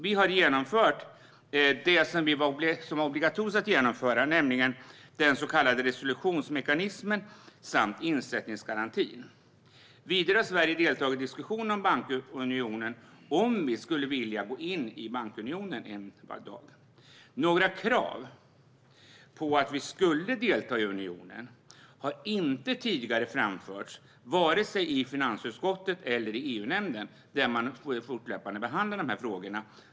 Vi har genomfört det som var obligatoriskt att genomföra, nämligen den så kallade resolutionsmekanismen samt insättningsgarantin. Vidare har Sverige deltagit i diskussionen om bankunionen och om vi en dag skulle vilja gå in i den. Några krav på att vi skulle delta i unionen har inte tidigare framförts vare sig i finansutskottet eller i EU-nämnden, där man fortlöpande behandlar frågorna.